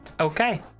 okay